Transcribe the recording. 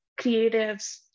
creatives